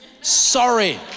sorry